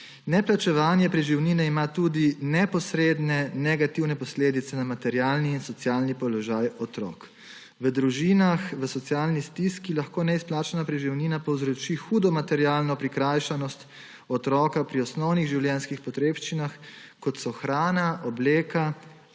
Neplačevanje preživnine ima tudi neposredne negativne posledice na materialni in socialni položaj otrok. V družinah v socialni stiski lahko neizplačana preživnina povzroči hudo materialno prikrajšanost otroka pri osnovnih življenjskih potrebščinah, kot so hrana, obleka